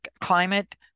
climate